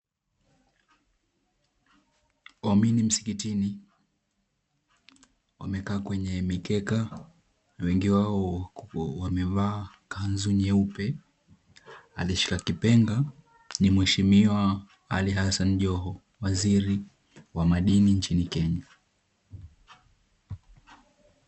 Waumini msikitini. Wamekaa kwenye mikeka. Wengi wao wamevaa kanzu nyeupe. Aliyeshika kipenga ni mheshimiwa Ali Hassan Joho waziri wa madini nchini Kenya.